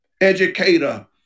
educator